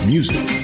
Music